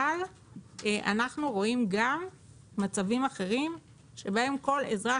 אבל אנחנו רואים גם מצבים אחרים בהם כל אזרח